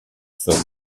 somme